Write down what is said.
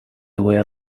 where